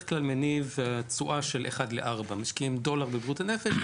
כלל מניב תשואה של 1:4. משקיעים דולר בבריאות הנפש,